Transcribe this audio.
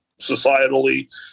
societally